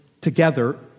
together